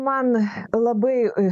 man labai